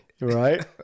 Right